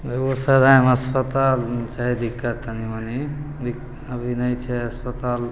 बेगूसरायमे अस्पताल छै दिक्कत तनि मनि अभी नहि छै अस्पताल